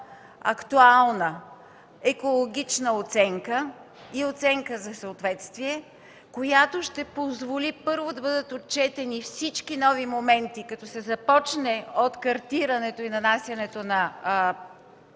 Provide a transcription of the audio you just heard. актуална екологична оценка и оценка за съответствие, която ще позволи, първо, да бъдат отчетени всички нови моменти, като се започне от картирането и нанасянето на